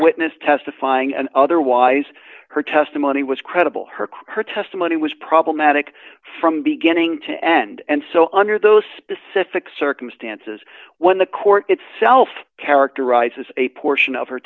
witness testifying and otherwise her testimony was credible her her testimony was problematic from beginning to end and so under those specific circumstances when the court itself characterizes a portion of her